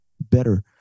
better